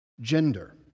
gender